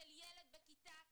ילד בכיתה ג',